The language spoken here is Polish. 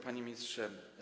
Panie Ministrze!